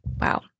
Wow